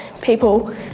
people